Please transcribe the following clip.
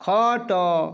ଖଟ